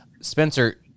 Spencer